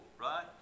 right